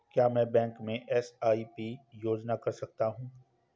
क्या मैं बैंक में एस.आई.पी योजना कर सकता हूँ?